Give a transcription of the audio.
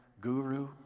guru